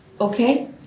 Okay